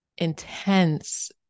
intense